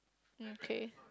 okay